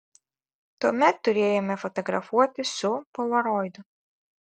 tuomet turėjome fotografuoti su polaroidu